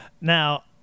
Now